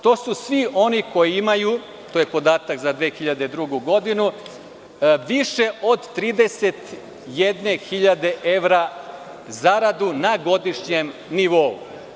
To su svi oni koji imaju, to je podatak za 2002. godinu, više od 31.000 evra zaradu na godišnjem nivou.